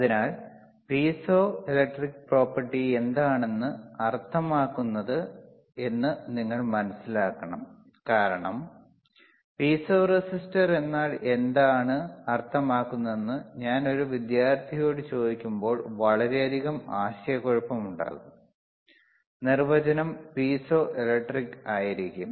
അതിനാൽ piezo electric property എന്താണ് അർത്ഥമാക്കുന്നത് എന്ന് നിങ്ങൾ മനസിലാക്കണം കാരണം പീസോ റെസിസ്റ്റർ എന്നാൽ എന്താണ് അർത്ഥമാക്കുന്നതെന്ന് ഞാൻ ഒരു വിദ്യാർത്ഥിയോട് ചോദിക്കുമ്പോൾ വളരെയധികം ആശയക്കുഴപ്പമുണ്ടാക്കും നിർവചനം പീസോ ഇലക്ട്രിക് ആയിരിക്കും